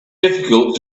difficult